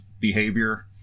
behavior